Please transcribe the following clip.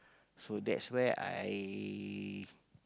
so that's where I